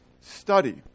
study